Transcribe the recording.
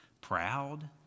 proud